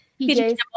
PJ